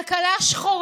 כלכלה בשחור